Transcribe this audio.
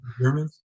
Germans